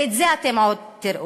ואת זה אתם עוד תראו,